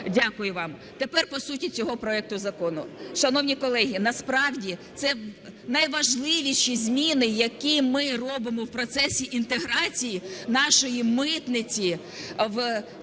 Дякую вам. Тепер по суті цього проекту закону. Шановні колеги, насправді це найважливіші зміни, які ми робимо в процесі інтеграції нашої митниці, такі